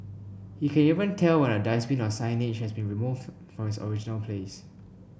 he can even tell when a dustbin or signage has been moved from its original place